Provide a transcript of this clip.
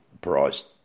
priced